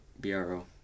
B-R-O